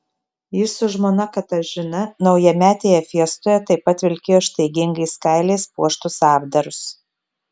jis su žmona katažina naujametėje fiestoje taip pat vilkėjo ištaigingais kailiais puoštus apdarus